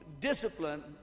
discipline